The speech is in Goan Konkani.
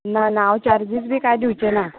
ना ना हांव चार्जीस बी कांय दिवचे ना